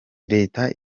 leta